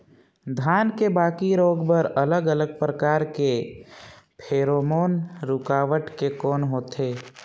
धान के बाकी रोग बर अलग अलग प्रकार के फेरोमोन रूकावट के कौन होथे?